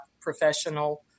professional